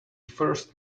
first